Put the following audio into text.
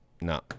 no